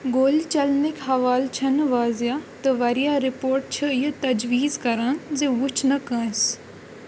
گولہِ چلنٕکۍ حوالہٕ چھَنہٕ واضع تہٕ واریاہ رِپوٹ چھِ یہِ تَجویٖز کران زِ وُچھنہٕ كٲنٛسہِ